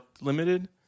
Limited